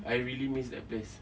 I really miss that place